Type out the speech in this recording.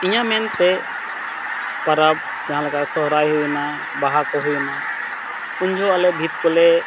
ᱤᱧᱟᱹᱜ ᱢᱮᱱᱛᱮ ᱯᱚᱨᱚᱵᱽ ᱡᱟᱦᱟᱸ ᱞᱮᱠᱟ ᱥᱚᱦᱨᱟᱭ ᱦᱩᱭᱱᱟ ᱵᱟᱦᱟᱠᱚ ᱦᱩᱭᱱᱟ ᱩᱱ ᱡᱚᱦᱚᱜ ᱟᱞᱮ ᱵᱷᱤᱛ ᱠᱚᱞᱮ